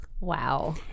Wow